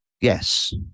Yes